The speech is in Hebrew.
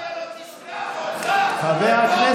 ההיסטוריה לא תשכח אותך בתור גזען חבר הכנסת